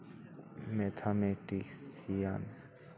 mathematician